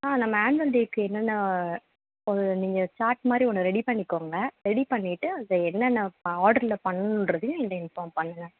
ஆ நம்ம ஆன்வல் டேக்கு என்னென்ன ஒரு நீங்கள் சார்ட் மாதிரி ஒன்று ரெடி பண்ணிக்கோங்க ரெடி பண்ணிவிட்டு அதை என்னென்ன ஆடரில் பண்ணணுன்றதையும் என்கிட்ட இன்ஃபார்ம் பண்ணுங்க